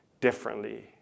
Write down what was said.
differently